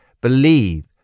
believe